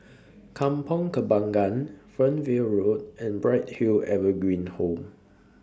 Kampong Kembangan Fernvale Road and Bright Hill Evergreen Home